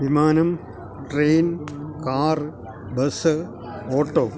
വിമാനം train car bus auto